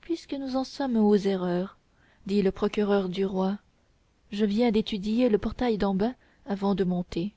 puisque nous en sommes aux erreurs dit le procureur du roi je viens d'étudier le portail d'en bas avant de monter